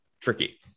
tricky